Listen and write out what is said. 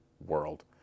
world